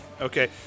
Okay